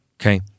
okay